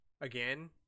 again